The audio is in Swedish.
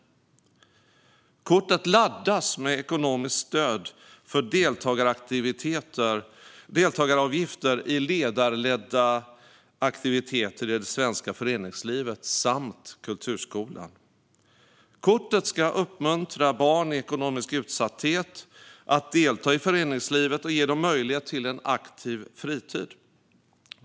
Kortet laddas med ekonomiskt stöd för deltagaravgifter i ledarledda aktiviteter i det svenska föreningslivet samt kulturskolan. Kortet ska uppmuntra barn i ekonomisk utsatthet att delta i föreningslivet och ge dem möjlighet till en aktiv fritid.